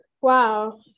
Wow